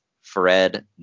Fred